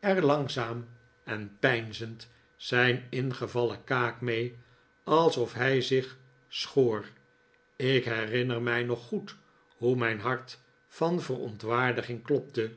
er langzaam en peinzend zijn ingevallen kaak mee alsof hij zich schoor ik herinner mij nog goed hoe mijn hart van verontwaardiging klopte